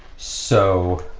so